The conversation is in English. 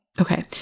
Okay